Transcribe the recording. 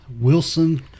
Wilson